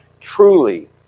truly